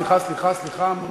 סליחה, סליחה, סליחה, סליחה.